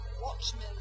watchmen